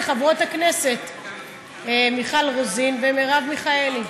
לחברות הכנסת מיכל רוזין ומרב מיכאלי,